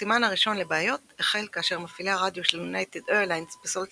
הסימן הראשון לבעיות החל כאשר מפעילי הרדיו של יונייטד איירליינס בסולט